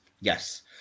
Yes